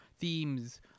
themes